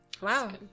Wow